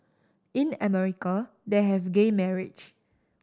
in America they have gay marriage